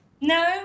No